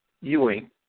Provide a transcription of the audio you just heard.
Ewing